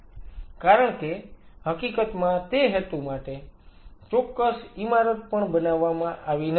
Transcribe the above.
કારણ કે હકીકતમાં તે હેતુ માટે ચોક્કસ ઈમારત પણ બનાવવામાં આવી નથી